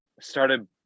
started